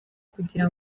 kugira